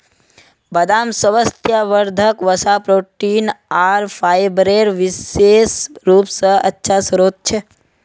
बदाम स्वास्थ्यवर्धक वसा, प्रोटीन आर फाइबरेर विशेष रूप स अच्छा स्रोत छ